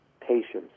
patience